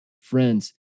Friends